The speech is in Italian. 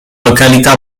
località